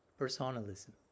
Personalism